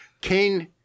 Kane